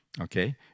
Okay